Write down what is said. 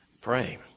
pray